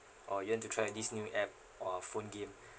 or you want to try this new app or phone game